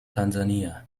tansania